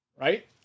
right